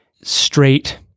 straight